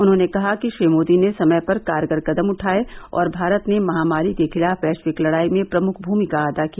उन्होंने कहा कि श्री मोदी ने समय पर कारगर कदम उठाए और भारत ने महामारी के खिलाफ वैश्विक लड़ाई में प्रमुख भूमिका अदा की